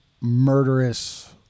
murderous